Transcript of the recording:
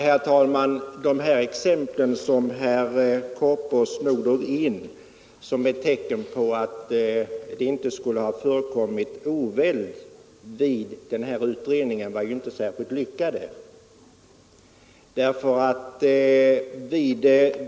Herr talman! De exempel som herr Korpås drog fram som tecken på att det inte skulle ha rått oväld i den här utredningen var inte särskilt lyckade.